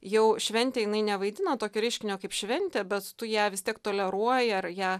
jau šventė jinai nevaidino tokio reiškinio kaip šventė bet tu ją vis tiek toleruoji ar ją